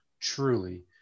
truly